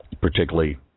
particularly